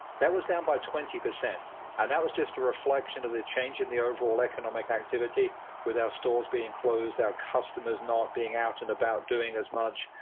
that was down by twenty percent and that was just a reflection of the change in the overall economic activity with our stores being closed, our customers not being out and about doing as much,